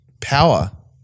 power